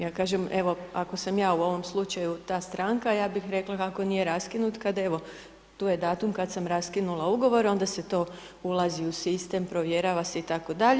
Ja kažem evo, ako sam ja u ovom slučaju ta stranka, ja bih rekla kako nije raskinut kad evo, tu je datum kad sam raskinula Ugovor, onda se to ulazi u sistem, provjerava se itd.